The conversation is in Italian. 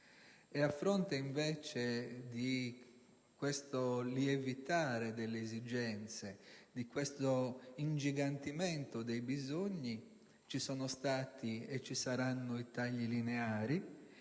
A fronte di questo lievitare delle esigenze e di questo ingigantimento dei bisogni ci sono stati e ci saranno invece tagli lineari